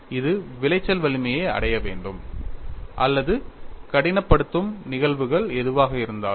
இது விளைச்சல் வலிமையை அடைய வேண்டும் அல்லது கடினப்படுத்தும் நிகழ்வுகள் எதுவாக இருந்தாலும்